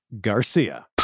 Garcia